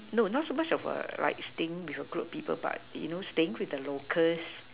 no not so much of err like staying with a group of people but you know staying with the locals